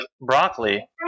broccoli